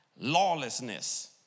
lawlessness